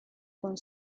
con